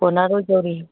ꯀꯣꯟꯅꯔꯣꯏꯗꯧꯔꯤ